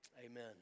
Amen